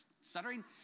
stuttering